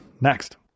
Next